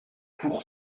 pour